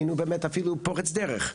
היינו באמת אפילו פורץ דרך,